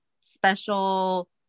special